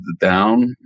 down